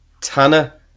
tanner